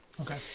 Okay